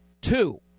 two